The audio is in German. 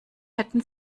hätten